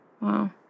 Wow